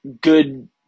good